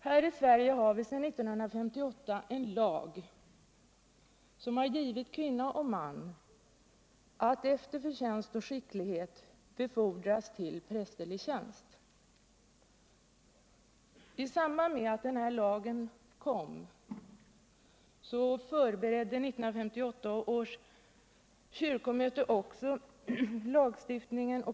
Här i Sverige har vi sedan 1958 en lag som givit kvinnor och män behörighet att efter förtjänst och skicklighet befordras till prästerlig tjänst. I samband med att denna lag skulle antas förberedde 1958 års kyrkomöte lagstiftningen.